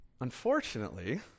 unfortunately